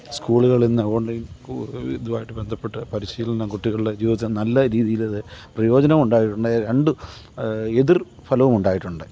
സ്കൂളുകളിൽനിന്ന് online ഇതുമാ യിട്ട് ബന്ധപ്പെട്ട് പരിശീലനം കുട്ടികളുടെ ജീവിതത്തില് നല്ല രീതിയിലത് പ്രയോജനവും ഉണ്ടായിട്ടുണ്ട് അത് രണ്ട് എതിര് ഫലവുമുണ്ടായിട്ടുണ്ട്